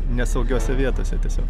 nesaugiose vietose tiesio